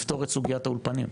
לפתור את סוגית האולפנים,